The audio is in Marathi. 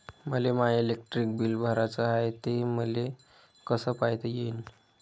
मले माय इलेक्ट्रिक बिल भराचं हाय, ते मले कस पायता येईन?